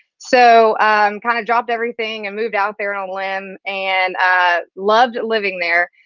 so kind of dropped everything and moved out there on land and loved living there.